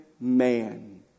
man